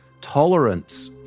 tolerance